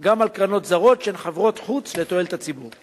גם על קרנות זרות, שהן חברות חוץ לתועלת הציבור.